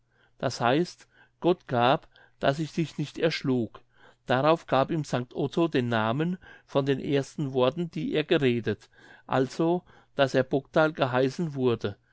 das heißt gott gab daß ich dich nicht erschlug darauf gab ihm sanct otto den namen von den ersten worten die er geredet also daß er bogdal geheißen wurde